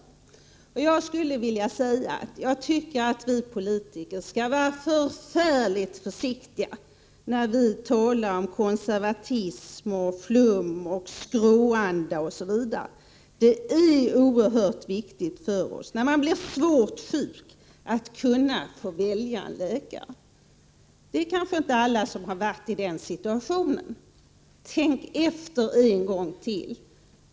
Mot den bakgrunden skulle jag vilja säga att jag tycker att vi politiker skall vara ytterst försiktiga när vi talar om konservatism, ”flum”, skråanda osv. När man blir svårt sjuk är det oerhört viktigt att man får välja vilken läkare man vill gå till. Alla har kanske inte varit i den situationen, men jag skulle vilja säga: Tänk efter en gång till!